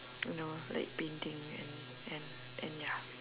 you know like painting and and and ya